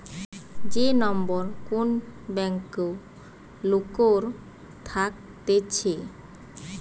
যে নম্বর কোন ব্যাংকে লোকের থাকতেছে